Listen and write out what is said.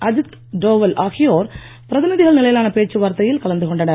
அஜித் டோவல் ஆகியோர் பிரதிநிதிகள் நிலையிலான பேச்சுவார்த்தையில் கலந்துகொண்டனர்